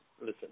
Listen